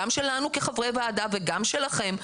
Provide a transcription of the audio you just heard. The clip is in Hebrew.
גם שלנו כחברי ועדה וגם שלכם,